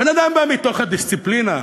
בן-אדם בא מתוך הדיסציפלינה.